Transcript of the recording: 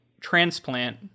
transplant